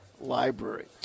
library